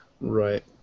Right